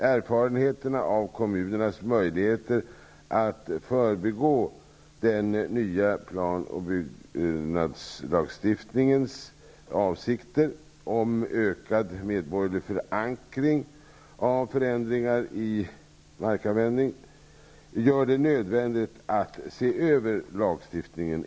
Erfarenheterna av kommunernas möjligheter att förbigå den nya planoch bygglagstiftningens avsikter i fråga om ökad medborgerlig förankring av förändringar i markanvändning gör det enligt vår mening nödvändigt att se över lagstiftningen.